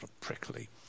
prickly